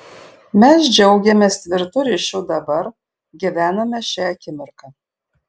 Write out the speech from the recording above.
mes džiaugiamės tvirtu ryšiu dabar gyvename šia akimirka